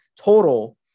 total